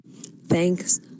Thanks